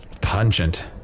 Pungent